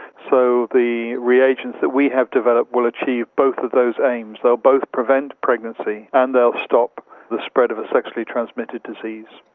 so the reagents that we have developed will achieve both of those aims, they'll both prevent pregnancy and they'll stop the spread of a sexually transmitted disease.